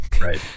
Right